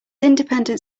independent